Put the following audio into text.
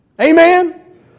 Amen